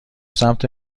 سمت